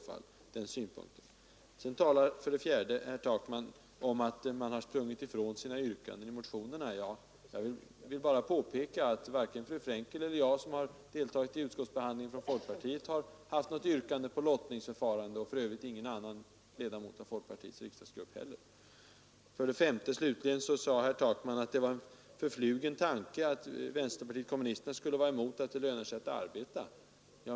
För det fjärde sade herr Takman att man här springer ifrån yrkandena i motionerna. Då vill jag bara påpeka att varken fru Frenkel eller jag, som har deltagit i utskottsbehandlingen som representanter för folkpartiet, har ställt något yrkande om lottningsförfarande — och det har för övrigt ingen annan heller gjort i folkpartiets riksdagsgrupp. För det femte, slutligen, förklarade herr Takman att det var en förflugen tanke att man i vänsterpartiet kommunisterna skulle vara emot att det skall löna sig att arbeta.